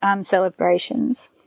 celebrations